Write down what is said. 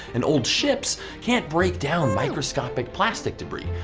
and old ships can't break down microscopic plastic debris,